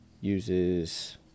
uses